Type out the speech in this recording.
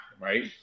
Right